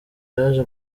yaje